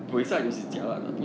ya